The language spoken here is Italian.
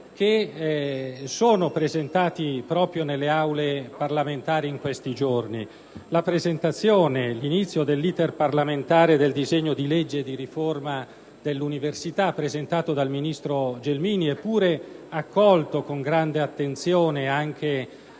che sono stati presentati proprio nelle Aule parlamentari in questi giorni: la presentazione e l'inizio dell'*iter* parlamentare del disegno di legge di riforma dell'università, presentato dal ministro Gelmini e pure accolto con grande attenzione anche